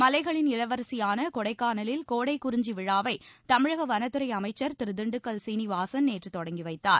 மலைகளின் இளவரசியான கொடைக்கானலில் கோடை குறிஞ்சி விழாவை தமிழக வனத்துறை அமைச்சர் திரு திண்டுக்கல் சீனிவாசன் நேற்று தொடங்கி வைத்தார்